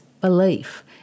belief